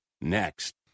next